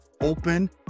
open